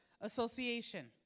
association